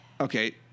Okay